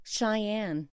Cheyenne